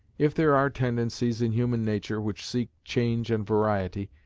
if there are tendencies in human nature which seek change and variety,